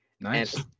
Nice